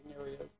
areas